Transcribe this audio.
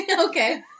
Okay